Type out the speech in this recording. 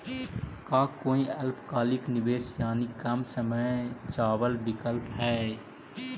का कोई अल्पकालिक निवेश यानी कम समय चावल विकल्प हई?